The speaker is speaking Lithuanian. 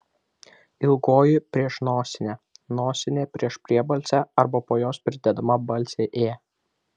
ilgoji prieš nosinę nosinė prieš priebalsę arba po jos pridedama balsė ė